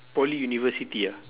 poly university ah